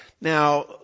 Now